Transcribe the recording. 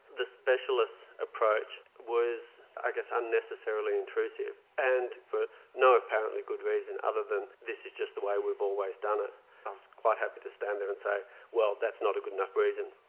the specialist approach was i guess unnecessarily intrusive and for no apparently good reason other than this is just the way we've always done it, i was quite happy to stand there and say well that's not a good enough reason.